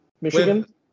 Michigan